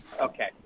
okay